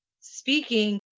speaking